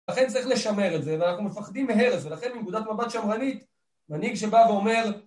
ולכן צריך לשמר את זה, ואנחנו מפחדים מהרס ולכן מנקודת מבט שמרנית מנהיג שבא ואומר